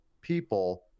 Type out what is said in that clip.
people